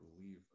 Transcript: believe